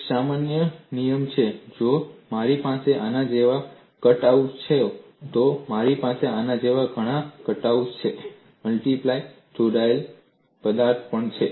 એક સામાન્ય નિયમ છે જો મારી પાસે આના જેવા કટઆઉટ્સ છે તો મારી પાસે આના જેવા ઘણા કટઆઉટ્સ છે આ મલ્ટીપ્લાય જોડાયેલ પદાર્થ છે